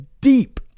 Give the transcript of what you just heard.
deep